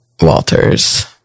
Walters